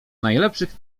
najlepszych